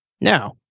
Now